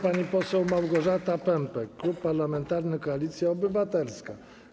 Pani poseł Małgorzata Pępek, Klub Parlamentarny Koalicja Obywatelska.